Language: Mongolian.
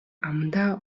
амандаа